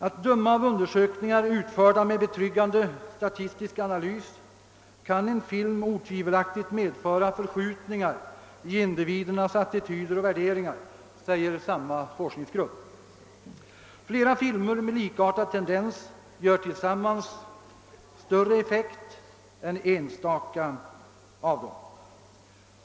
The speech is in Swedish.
Att döma av undersökningar utförda med betryggande statistisk analys kan en film otvivelaktigt medföra förskjutningar i individernas attityder och värderingar, uttalar samma forskningsgrupp. Flera filmer med likartad tendens ger tillsammans större effekt än enstaka filmer.